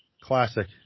Classic